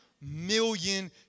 million